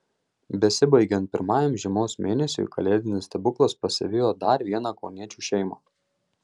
besibaigiant pirmajam žiemos mėnesiui kalėdinis stebuklas pasivijo dar vieną kauniečių šeimą